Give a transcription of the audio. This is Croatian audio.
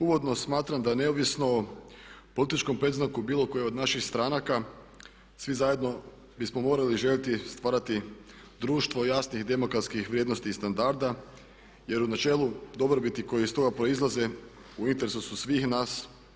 Uvodno smatram da je neovisno o političkom predznaku bilo koje od naših stranka, svi zajedno bismo morali željeti stvarati društvo jasnih, demokratskih vrijednosti i standarda jer u načelu dobrobiti koje iz toga proizlaze u interesu su svih nas.